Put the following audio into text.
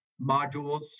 modules